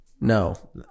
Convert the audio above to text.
No